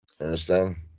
Understand